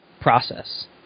process